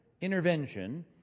intervention